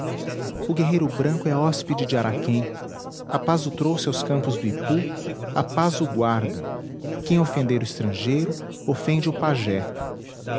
o guerreiro branco é hóspede de araquém a paz o trouxe aos campos do ipu a paz o guarda quem ofender o estrangeiro ofende o pajé